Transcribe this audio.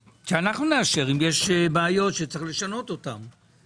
נאשר אם יש בעיות שצריך לשנות אותן?